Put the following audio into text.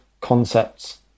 concepts